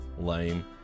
Lame